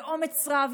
באומץ רב,